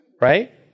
right